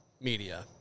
media